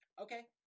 Okay